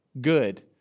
good